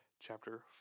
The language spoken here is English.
chapter